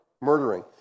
murdering